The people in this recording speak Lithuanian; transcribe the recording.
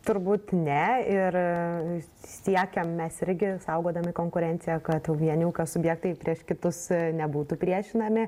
turbūt ne ir siekiam mes irgi saugodami konkurenciją kad vieni ūkio subjektai prieš kitus nebūtų priešinami